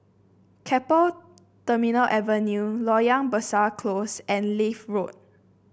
Keppel Terminal Avenue Loyang Besar Close and Leith Road